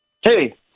Hey